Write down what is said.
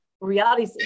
reality